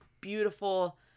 beautiful